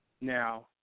Now